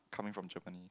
coming from Germany